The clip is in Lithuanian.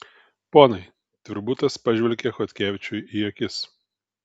ponai tvirbutas pažvelgia chodkevičiui į akis